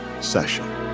session